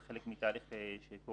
זה חלק מתהליך שקורה,